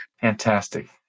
Fantastic